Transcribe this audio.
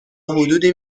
حدودی